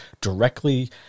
directly